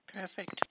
perfect